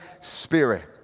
Spirit